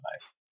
nice